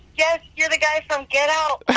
yes. you're the guy from get out.